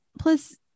Plus